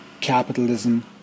Capitalism